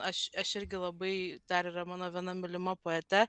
aš aš irgi labai dar yra mano viena mylima poetė